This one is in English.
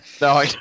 No